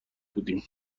بودیم